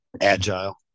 agile